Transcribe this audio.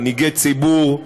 מנהיגי ציבור,